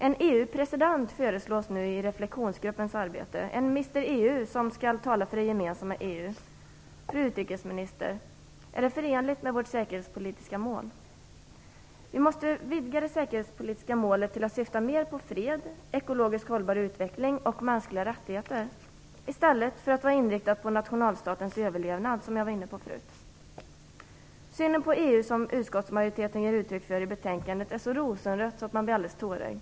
En EU-president föreslås i reflexionsgruppens arbete - en Mr EU som skall tala för det gemensamma EU. Fru utrikesminister, är det förenligt med vårt säkerhetspolitiska mål? Vi måste vidga det säkerhetspolitiska målet till att syfta mer på fred, ekologiskt hållbar utveckling och mänskliga rättigheter, i stället för att vara inriktat på nationalstatens överlevnad, vilket jag talade om tidigare. Den syn på EU som utskottsmajoriteten ger uttryck för i betänkandet är så rosenröd att man blir alldeles tårögd.